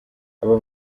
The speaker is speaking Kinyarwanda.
aba